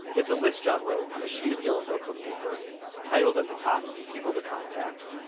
it's a list john wrote on a sheet of yellow notebook paper titled at the top people to contact.